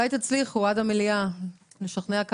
הישיבה ננעלה בשעה